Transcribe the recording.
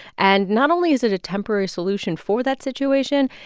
and not only is it a temporary solution for that situation,